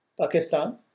Pakistan